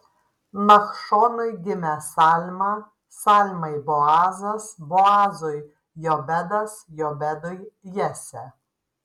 nachšonui gimė salma salmai boazas boazui jobedas jobedui jesė